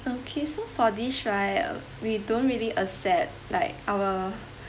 okay so for this right we don't really accept like our